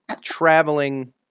traveling